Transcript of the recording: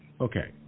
Okay